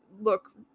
look